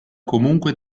comunque